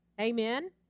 Amen